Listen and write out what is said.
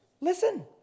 listen